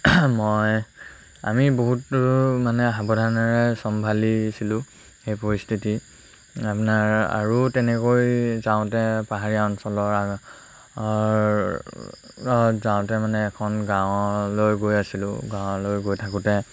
মই আমি বহুতো মানে সাৱধানেৰে চম্ভালিছিলোঁ সেই পৰিস্থিতি আপোনাৰ আৰু তেনেকৈ যাওঁতে পাহাৰীয়া অঞ্চলৰ যাওঁতে মানে এখন গাঁৱলৈ গৈ আছিলোঁ গাঁৱলৈ গৈ থাকোঁতে